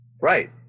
Right